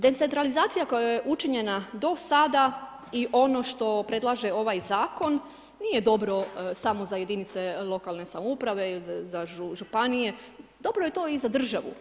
Decentralizacija koja je učinjena do sada i ono što predlaže ovaj zakon nije dobro samo za jedinice lokalne samouprave, za županije, dobro je to i za državu.